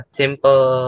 simple